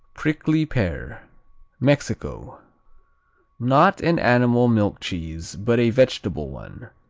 prickly pear mexico not an animal milk cheese, but a vegetable one,